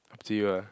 up to you ah